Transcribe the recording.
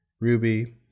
Ruby